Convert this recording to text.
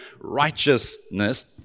righteousness